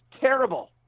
terrible